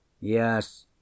Yes